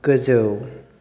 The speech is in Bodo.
गोजौ